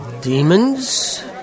Demons